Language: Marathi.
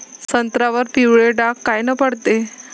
संत्र्यावर पिवळे डाग कायनं पडते?